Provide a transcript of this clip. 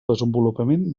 desenvolupament